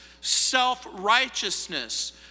self-righteousness